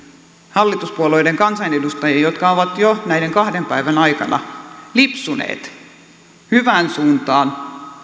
hallituspuolueiden kansanedustajiin jotka ovat jo näiden kahden päivän aikana lipsuneet hyvään suuntaan